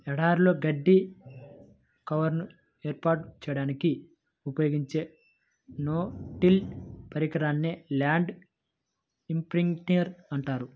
ఎడారులలో గడ్డి కవర్ను ఏర్పాటు చేయడానికి ఉపయోగించే నో టిల్ పరికరాన్నే ల్యాండ్ ఇంప్రింటర్ అంటారు